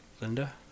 Linda